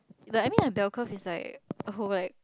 the I mean the bell curve is like a whole like